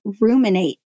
ruminate